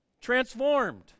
transformed